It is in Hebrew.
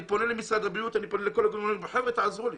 אני פונה למשרד הבריאות ולכל הגורמים האחרים שיעזרו לי".